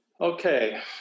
Okay